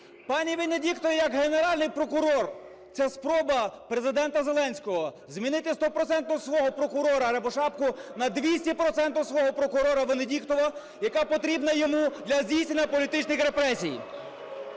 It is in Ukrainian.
Пані Венедіктова як Генеральний прокурор – це спроба Президента Зеленського змінити стопроцентно свого прокурора Рябошапку на двісті процентів свого прокурора Венедіктову, яка потрібна йому для здійснення політичних репресій.